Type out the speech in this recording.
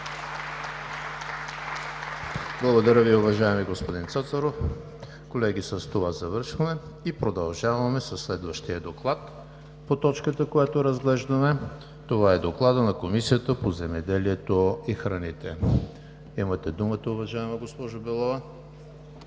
Благодаря Ви, уважаеми господин Цацаров. Колеги, с това завършваме. Продължаваме по точката, която разглеждаме – това е Докладът на Комисията по земеделието и храните. Имате думата, уважаема госпожо Белова.